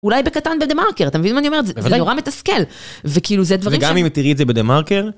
אולי בקטן בדה מרקר, אתה מבין מה אני אומרת? זה נורא מתסכל. וכאילו זה דברים ש... וגם אם תראי את זה בדה מרקר...